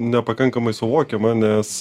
nepakankamai suvokiama nes